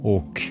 Och